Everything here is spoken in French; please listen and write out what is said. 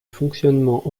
fonctionnement